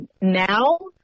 Now